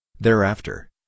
Thereafter